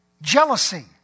Jealousy